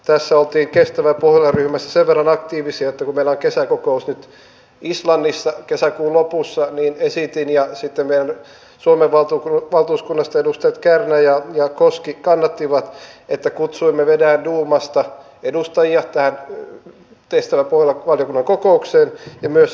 tässä oltiin kestävä pohjola ryhmässä sen verran aktiivisia että kun meillä on kesäkokous nyt islannissa kesäkuun lopussa niin esitin ja sitten meidän suomen valtuuskunnasta edustajat kärnä ja koski kannattivat että kutsuimme venäjän duumasta edustajia tähän kestävä pohjola valiokunnan kokoukseen ja myös sitten ympäristöasiantuntijoita